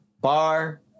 bar